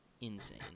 insane